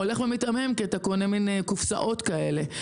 הולך ומטעמם כי אתה קונה מעין קופסאות כאלה.